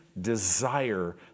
desire